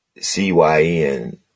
C-Y-N